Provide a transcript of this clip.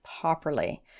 properly